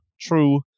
true